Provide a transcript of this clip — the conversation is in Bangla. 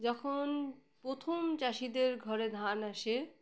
যখন প্রথম চাষিদের ঘরে ধান আসে